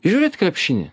žiūrit krepšinį